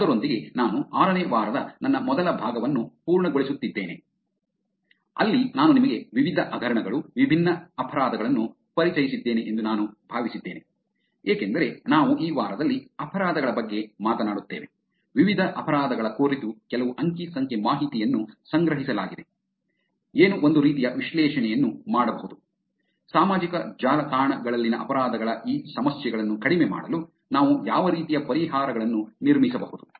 ಅದರೊಂದಿಗೆ ನಾನು ಆರನೇ ವಾರದ ನನ್ನ ಮೊದಲ ಭಾಗವನ್ನು ಪೂರ್ಣಗೊಳಿಸುತ್ತಿದ್ದೇನೆ ಅಲ್ಲಿ ನಾನು ನಿಮಗೆ ವಿವಿಧ ಹಗರಣಗಳು ವಿಭಿನ್ನ ಅಪರಾಧಗಳನ್ನು ಪರಿಚಯಿಸಿದ್ದೇನೆ ಎಂದು ನಾನು ಭಾವಿಸಿದ್ದೇನೆ ಏಕೆಂದರೆ ನಾವು ಈ ವಾರದಲ್ಲಿ ಅಪರಾಧಗಳ ಬಗ್ಗೆ ಮಾತನಾಡುತ್ತೇವೆ ವಿವಿಧ ಅಪರಾಧಗಳ ಕುರಿತು ಕೆಲವು ಅಂಕಿ ಸಂಖ್ಯೆ ಮಾಹಿತಿಯನ್ನು ಸಂಗ್ರಹಿಸಲಾಗಿದೆ ಏನು ಒಂದು ರೀತಿಯ ವಿಶ್ಲೇಷಣೆಯನ್ನು ಮಾಡಬಹುದು ಸಾಮಾಜಿಕ ಜಾಲತಾಣಗಳಲ್ಲಿನ ಅಪರಾಧಗಳ ಈ ಸಮಸ್ಯೆಗಳನ್ನು ಕಡಿಮೆ ಮಾಡಲು ನಾವು ಯಾವ ರೀತಿಯ ಪರಿಹಾರಗಳನ್ನು ನಿರ್ಮಿಸಬಹುದು